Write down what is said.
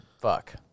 fuck